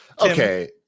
Okay